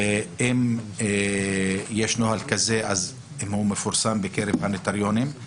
האם הוא מפורסם בקרב הנוטריונים,